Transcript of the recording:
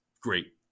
great